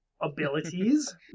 abilities